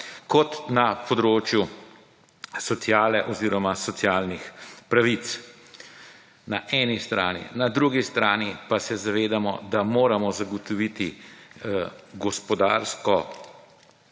kot na področju sociale oziroma socialnih pravic. Na eni strani, na drugi strani pa se zavedamo, da moramo zagotoviti gospodarsko